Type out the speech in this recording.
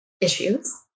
issues